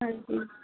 ਹਾਂਜੀ